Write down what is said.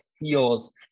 feels